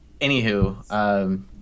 anywho